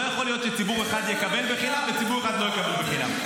לא יכול להיות שציבור אחד יקבל בחינם וציבור אחד לא יקבל בחינם.